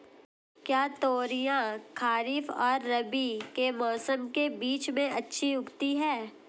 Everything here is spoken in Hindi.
क्या तोरियां खरीफ और रबी के मौसम के बीच में अच्छी उगती हैं?